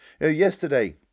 Yesterday